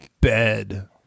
bed